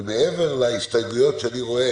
ומעבר להסתייגויות שאני רואה,